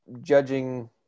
judging